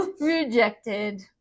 Rejected